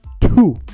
two